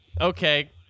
Okay